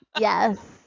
Yes